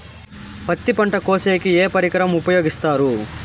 పత్తి పంట కోసేకి ఏ పరికరం ఉపయోగిస్తారు?